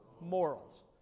morals